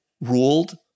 ruled